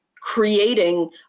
creating